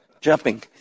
jumping